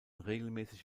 regelmäßig